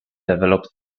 developed